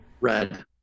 red